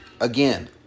Again